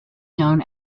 known